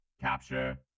Capture